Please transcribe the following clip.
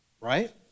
right